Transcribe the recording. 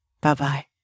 Bye-bye